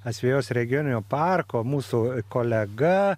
asvejos regioninio parko mūsų kolega